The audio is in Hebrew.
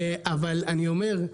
אבל אני אומר,